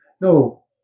No